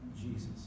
Jesus